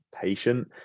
patient